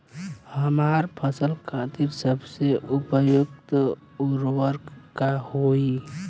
हमार फसल खातिर सबसे उपयुक्त उर्वरक का होई?